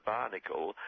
Barnacle